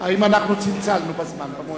האם צלצלנו במועד?